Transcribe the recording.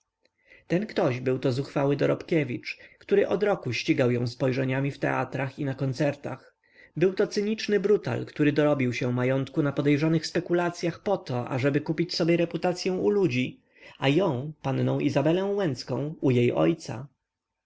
ten ktoś byłto zuchwały dorobkiewicz który od roku ścigał ją spojrzeniami w teatrach i na koncertach byłto cyniczny brutal który dorobił się majątku na podejrzanych spekulacyach po to ażeby kupić sobie reputacyą u ludzi a ją pannę izabelę łęcką u jej ojca